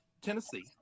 Tennessee